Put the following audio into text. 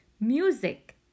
Music